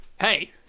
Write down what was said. hey